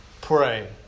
pray